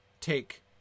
take